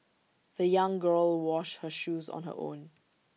the young girl washed her shoes on her own